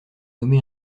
nommé